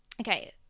okay